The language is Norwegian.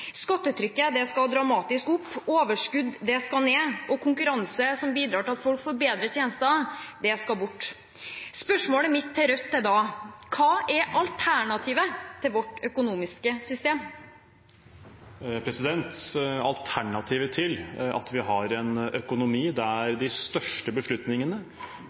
Skattetrykket skal dramatisk opp, overskudd skal ned, og konkurranse – som bidrar til at folk får bedre tjenester – skal bort. Spørsmålet mitt til Rødt er da: Hva er alternativet til vårt økonomiske system? Alternativet til at vi har en økonomi der de største beslutningene